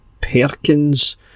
Perkins